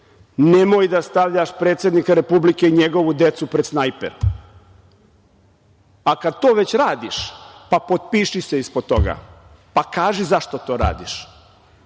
nemoj da stavljaš predsednika republike i njegovu decu pred snajper. A kad to već radiš, pa potpiši se ispod toga, pa kaži zašto to